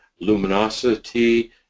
Luminosity